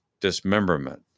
dismemberment